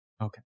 Okay